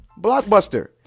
Blockbuster